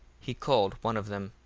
he called one of them,